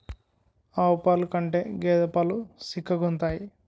ఆవు పాలు కంటే గేద పాలు సిక్కగుంతాయి